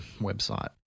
website